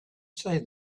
say